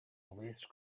waste